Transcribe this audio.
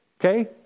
Okay